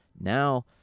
Now